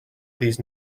these